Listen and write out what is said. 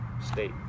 state